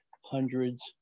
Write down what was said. hundreds